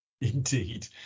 indeed